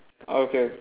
okay